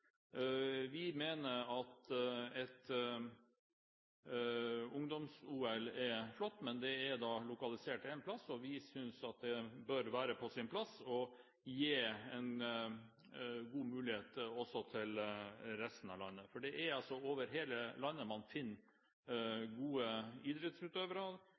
Vi mener at et ungdoms-OL er flott. Men det er lokalisert på ett sted, og vi synes det bør være på sin plass å gi en god mulighet også til resten av landet, for det er altså i hele landet man finner